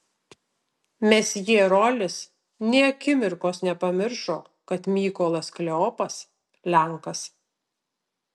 mesjė rolis nė akimirkos nepamiršo kad mykolas kleopas lenkas